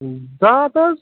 زٕ ہتھ حظ